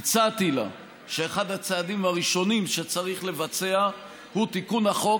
הצעתי לה שאחד הצעדים הראשונים שצריך לבצע הוא תיקון החוק